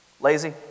lazy